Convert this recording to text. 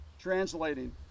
translating